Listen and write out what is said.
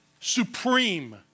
supreme